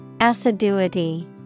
Assiduity